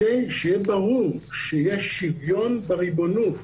שיהיה ברור שיש שוויון בריבונות,